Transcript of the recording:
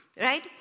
right